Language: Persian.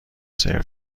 سرو